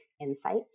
insights